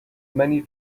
many